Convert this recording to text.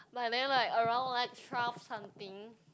but then like around like twelve something